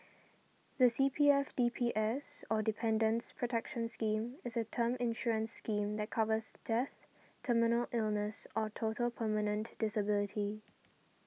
the C P F D P S or Dependants' Protection Scheme is a term insurance scheme that covers death terminal illness or total permanent disability